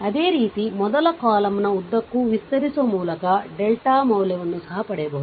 ಅದೇ ರೀತಿ ಮೊದಲ ಕಾಲಮ್ನ ಉದ್ದಕ್ಕೂ ವಿಸ್ತರಿಸುವ ಮೂಲಕ ಡೆಲ್ಟಾ ಮೌಲ್ಯವನ್ನು ಸಹ ಪಡೆಯಬಹುದು